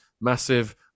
massive